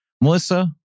Melissa